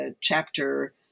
chapter